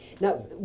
Now